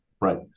Right